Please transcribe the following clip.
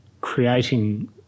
creating